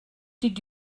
did